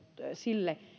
sille